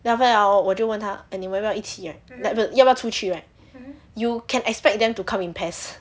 then after that hor 我就问她你们要不要一起 right eh 不要不要出去 right you can expect them to come in pairs